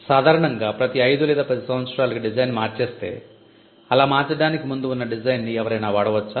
సాధారణంగా ప్రతి ఐదు లేదా పది సంవత్సరాలకి డిజైన్ మార్చేస్తే అలా మార్చడానికి ముందు ఉన్న డిజైన్ ని ఎవరైనా వాడవచ్చా